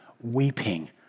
weeping